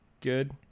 good